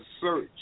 search